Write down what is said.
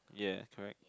ya correct